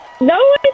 No